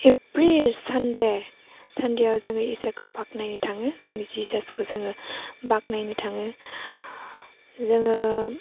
every Sunday सानडेआव जोङो इसोरखौ बाखनायनो थाङो जोंनि जेजासखौ जोङो बाखनायनो थाङो जोङो